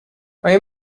آیا